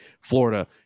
Florida